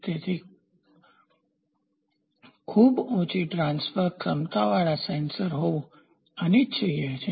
તેથી ખૂબ ઉચી ટ્રાન્સફર કાર્યક્ષમતાવાળા સેન્સર હોવું ઇચ્છનીય છે